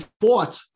fought